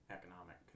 economic